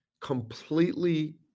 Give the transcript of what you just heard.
completely